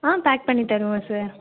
ஆ pack பண்ணி தருவோம் sir